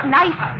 nice